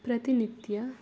ಪ್ರತಿನಿತ್ಯ